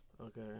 Okay